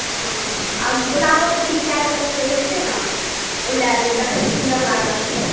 हॅं आर गुलाबो के तीन चारि तरह के होइ छै ने ओ लय लेब देखै मे सुन्दर लागत